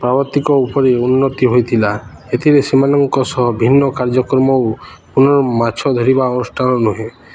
ପାର୍ବତିକ ଉପରେ ଉନ୍ନତି ହୋଇଥିଲା ଏଥିରେ ସେମାନଙ୍କ ସହ ଭିନ୍ନ କାର୍ଯ୍ୟକ୍ରମ ଓ ପୁର୍ନ ମାଛ ଧରିବା ଅନୁଷ୍ଠାନ ନୁହେଁ